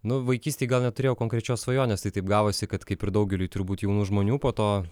nu vaikystėj gal neturėjau konkrečios svajonės tai taip gavosi kad kaip ir daugeliui turbūt jaunų žmonių po to